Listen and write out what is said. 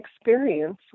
experience